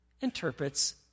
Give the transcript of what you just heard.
interprets